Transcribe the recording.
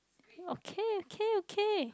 okay okay okay